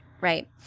right